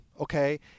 okay